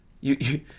You